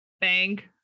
bank